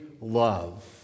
love